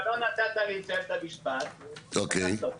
אבל לא נתת לי לסיים את המשפט אני